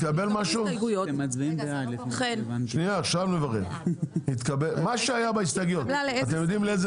מה שהיה בהסתייגויות, אתם יודעים לאיזה